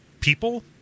people